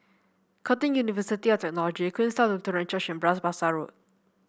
Curtin University of Technology Queenstown Lutheran Church and Bras Basah Road